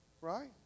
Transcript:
Right